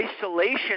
isolation